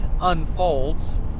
unfolds